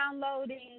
downloading